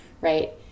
right